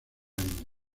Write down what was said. años